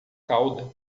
cauda